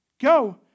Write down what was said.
Go